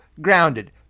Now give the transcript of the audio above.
Grounded